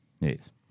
Yes